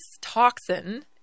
toxin